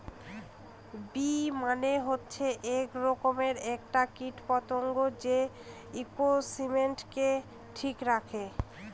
bee মানে হচ্ছে এক রকমের একটা কীট পতঙ্গ যে ইকোসিস্টেমকে ঠিক রাখে